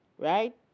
Right